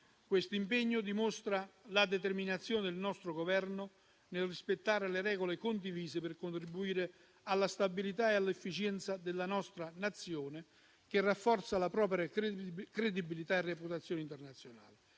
Questo impegno dimostra la determinazione del nostro Governo nel rispettare le regole condivise, per contribuire alla stabilità e all'efficienza della nostra nazione, che rafforza la propria credibilità e reputazione internazionale.